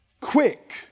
Quick